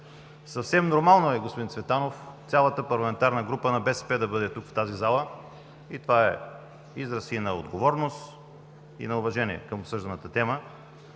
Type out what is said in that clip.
Съвсем нормално е, господин Цветанов, цялата парламентарна група на БСП да бъде тук, в тази зала. Това е израз на отговорност и на уважение към обсъжданата тема.